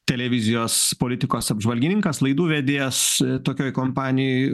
televizijos politikos apžvalgininkas laidų vedėjas tokioj kompanijoj